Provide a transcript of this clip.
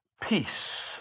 Peace